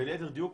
ולייתר דיוק,